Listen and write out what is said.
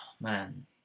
Man